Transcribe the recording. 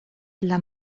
dla